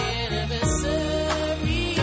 anniversary